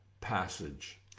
passage